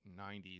90s